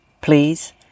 Please